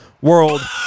World